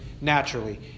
naturally